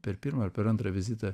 per pirmą ar per antrą vizitą